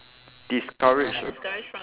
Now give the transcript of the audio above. discourage ah